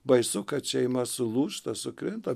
baisu kad šeima sulūžta sukrinta